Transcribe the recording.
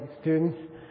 students